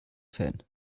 fan